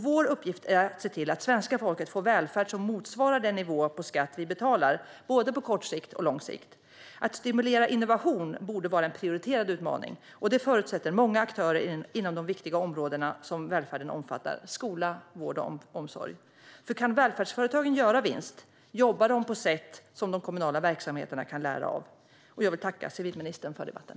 Vår uppgift är att se till att svenska folket får välfärd som motsvarar den nivå på skatt vi betalar, på både kort och lång sikt. Att stimulera innovation borde vara en prioriterad utmaning, och det förutsätter många aktörer inom de viktiga områden som välfärden omfattar: skola, vård och omsorg. För om välfärdsföretagen kan göra vinst jobbar de på sätt som de kommunala verksamheterna kan lära av. Jag vill tacka civilministern för debatten.